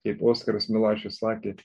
kaip oskaras milašius sakė